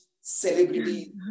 celebrity